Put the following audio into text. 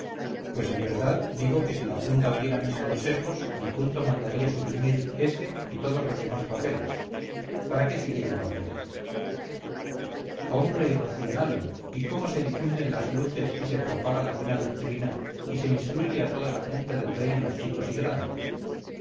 pues en verdad digo que si la junta oyera mis consejos al punto mandaría suprimir ese y todos los demás papeles para qué se quieren papeles hombre irracional y cómo se difunden las luces y se propaga la buena doctrina y se instruye a toda la gente del reino chicos y grandes